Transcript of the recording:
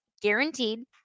guaranteed